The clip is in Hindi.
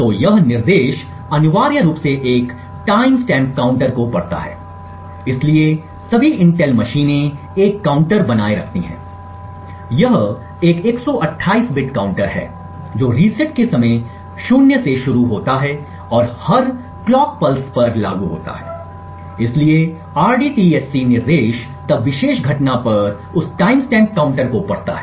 तो यह निर्देश अनिवार्य रूप से एक टाइमस्टैम्प काउंटर को पढ़ता है इसलिए सभी इंटेल मशीनें एक काउंटर बनाए रखती हैं यह एक 128 बिट काउंटर है जो रीसेट के समय 0 से शुरू होता है और हर घड़ी पल्स पर लागू होता है इसलिए rdtsc निर्देश तब विशेष घटना पर उस टाइमस्टैम्प काउंटर को पढ़ता है